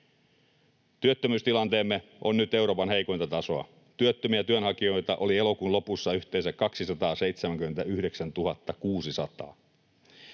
Työttömyystilanteemme on nyt Euroopan heikointa tasoa. Työttömiä työnhakijoita oli elokuun lopussa yhteensä 279 600.